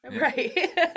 Right